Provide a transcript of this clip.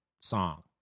song